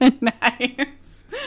Nice